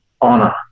honor